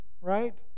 right